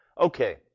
okay